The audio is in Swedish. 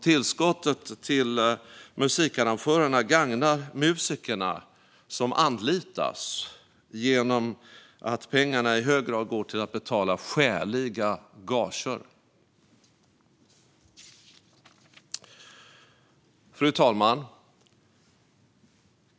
Tillskottet till musikarrangörerna gagnar musikerna som anlitas genom att pengarna i hög grad går till att betala skäliga gager. Fru talman!